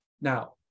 now